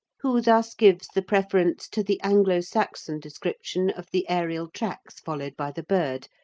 who thus gives the preference to the anglo-saxon description of the aerial tracks followed by the bird,